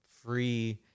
free